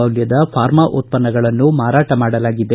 ಮೌಲ್ಯದ ಫಾರ್ಮಾ ಉತ್ಪನ್ನಗಳನ್ನು ಮಾರಾಟ ಮಾಡಲಾಗಿದೆ